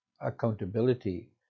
accountability